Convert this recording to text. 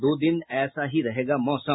दो दिन ऐसे ही रहेगा मौसम